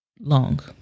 long